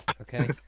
okay